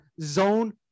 zone